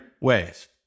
ways